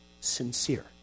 sincere